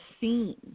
seen